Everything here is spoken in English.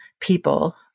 people